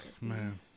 man